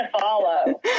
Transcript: follow